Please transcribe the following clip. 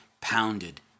pounded